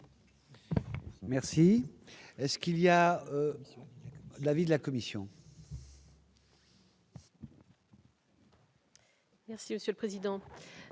Merci, est ce qu'il y a de l'avis de la commission.